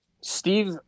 Steve